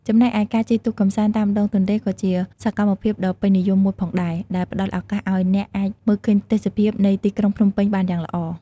ចំណែកឯការជិះទូកកម្សាន្តតាមដងទន្លេក៏ជាសកម្មភាពដ៏ពេញនិយមមួយផងដែរ ដែលផ្ដល់ឱកាសឱ្យអ្នកអាចមើលឃើញទេសភាពនៃទីក្រុងភ្នំពេញបានយ៉ាងល្អ។